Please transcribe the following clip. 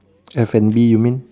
F and B you mean